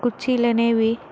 కుచ్చిళ్ళు అనేవి